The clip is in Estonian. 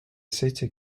seitse